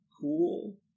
cool